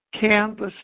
canvas